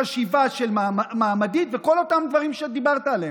חשיבה מעמדית וכל אותם דברים שדיברת עליהם.